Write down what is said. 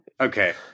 Okay